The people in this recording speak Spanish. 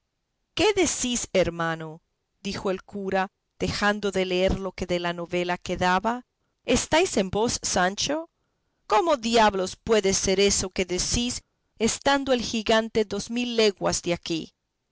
qué dices hermano dijo el cura dejando de leer lo que de la novela quedaba estáis en vos sancho cómo diablos puede ser eso que decís estando el gigante dos mil leguas de aquí